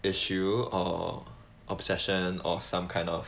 issue or obsession or some kind of